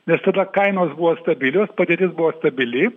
nes tada kainos buvo stabilios padėtis buvo stabili